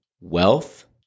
wealth